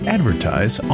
Advertise